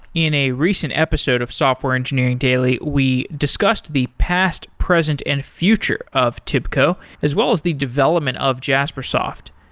in a recent episode of software engineering daily, we discussed the past, present and future of tibco as well as the development of jaspersoft.